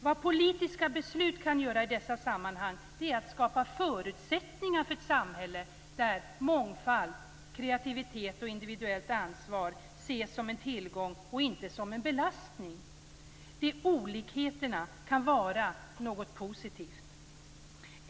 Vad politiska beslut kan göra i dessa sammanhang är att skapa förutsättningar för ett samhälle där mångfald, kreativitet och individuellt ansvar ses som en tillgång och inte som en belastning. Olikheterna kan vara något positivt.